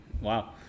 wow